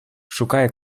шукає